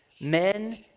men